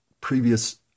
previous